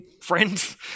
friends